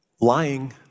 lying